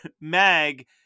Mag